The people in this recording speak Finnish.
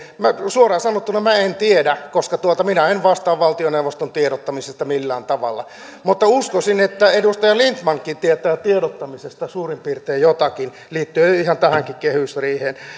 suoraan sanottuna minä en en tiedä koska minä en vastaa valtioneuvoston tiedottamisesta millään tavalla mutta uskoisin että edustaja lindtmankin tietää tiedottamisesta suurin piirtein jotakin liittyen jo ihan tähänkin kehysriiheen